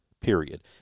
period